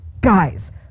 Guys